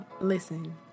Listen